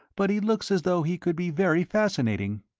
but he looks as though he could be very fascinating.